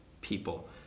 people